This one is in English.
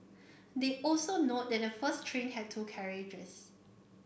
they also note that the first train had two carriages